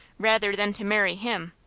rather than to marry him.